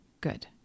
good